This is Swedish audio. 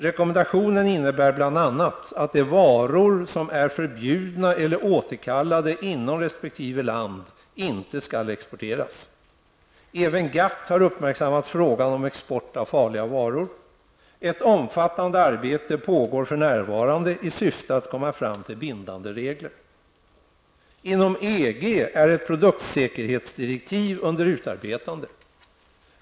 Rekommendationen innebär bl.a. att de varor som är förbjudna eller återkallade inom resp. land inte skall exporteras. Även GATT har uppmärksammat frågan om export av farliga varor. Ett omfattande arbete pågår för närvarande i syfte att komma fram till bindande regler. Inom EG är ett produktsäkerhetsdirektiv under utarbetande.